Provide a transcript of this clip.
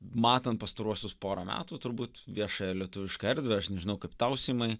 matant pastaruosius porą metų turbūt viešąją lietuvišką erdvę aš nežinau kaip tau simai